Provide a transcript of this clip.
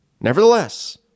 nevertheless